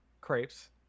crepes